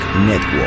Network